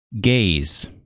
Gaze